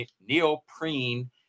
neoprene